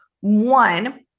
one